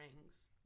rings